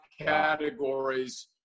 categories